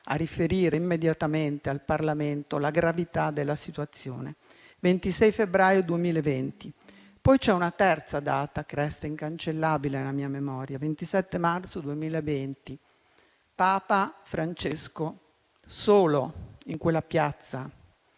a riferire immediatamente al Parlamento la gravità della situazione. Poi c'è una terza data che resta incancellabile nella mia memoria: il 27 marzo 2020, Papa Francesco solo in quella piazza